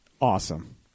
Awesome